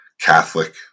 Catholic